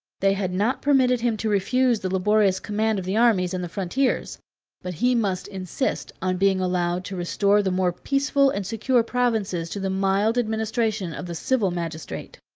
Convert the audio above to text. they had not permitted him to refuse the laborious command of the armies and the frontiers but he must insist on being allowed to restore the more peaceful and secure provinces to the mild administration of the civil magistrate.